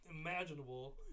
imaginable